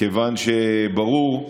כיוון שברור,